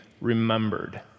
remembered